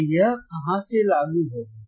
तो यह कहां से लागू होगा